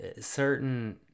certain